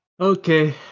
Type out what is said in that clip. Okay